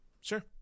Sure